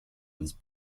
was